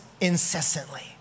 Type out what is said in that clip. incessantly